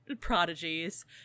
prodigies